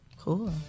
Cool